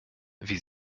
wie